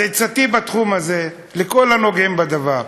אז עצתי בתחום הזה לכל הנוגעים בדבר: